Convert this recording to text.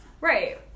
Right